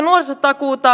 valtionvelka